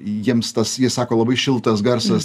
jiems tas sako labai šiltas garsas